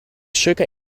sugar